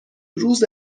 روز